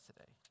today